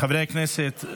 שכוחותינו,